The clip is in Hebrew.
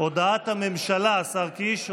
השר קיש,